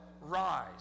rise